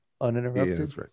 uninterrupted